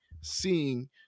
seeing